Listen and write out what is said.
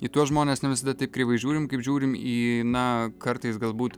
į tuos žmones ne visada taip kreivai žiūrim kaip žiūrim į na kartais galbūt